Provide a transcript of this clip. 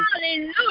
Hallelujah